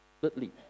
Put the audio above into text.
Thirdly